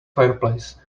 fireplace